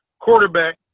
quarterback